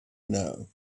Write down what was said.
know